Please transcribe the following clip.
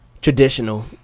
traditional